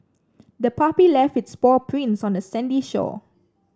the puppy left its paw prints on the sandy shore